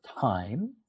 time